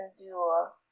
endure